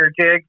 jig